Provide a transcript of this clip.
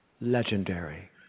legendary